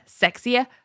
sexier